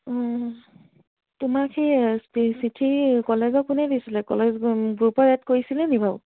অঁ তোমাক সেই চিঠি কলেজৰ কোনে দিছিলে কলেজ গ্ৰুপত এড কৰিছিলে নি বাৰু